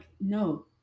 no